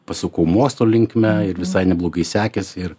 pasukau mokslo linkme ir visai neblogai sekėsi ir